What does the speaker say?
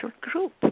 group